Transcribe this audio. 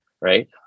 Right